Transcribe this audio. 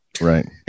right